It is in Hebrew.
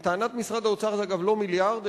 לטענת משרד האוצר זה לא מיליארד,